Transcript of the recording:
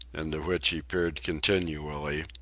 into which he peered continually,